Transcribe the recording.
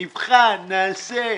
נבחן, נעשה.